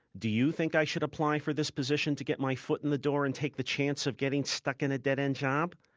do you think i should apply for this position to get my foot in the door and take the chance of getting stuck in a dead-end job?